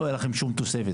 לא הייתה לכם שום תוספת.